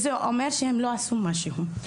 זה אומר שהם לא עשו משהו.